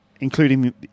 including